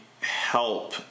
help